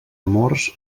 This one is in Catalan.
amors